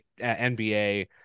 NBA